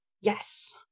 Yes